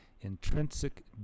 intrinsic